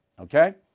Okay